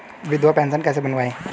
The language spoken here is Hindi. विधवा पेंशन कैसे बनवायें?